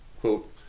Quote